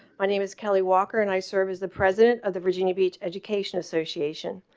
my name is kelly. walker and i serve as the president of the virginia beach education association.